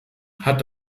hat